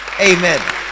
Amen